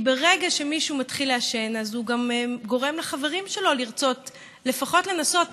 כי ברגע שמישהו מתחיל לעשן הוא גם גורם לחברים שלו לרצות לפחות לנסות.